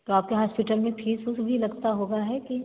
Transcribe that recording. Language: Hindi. तो आपके हॉस्पिटल में फीस वीस भी लगता होगा है कि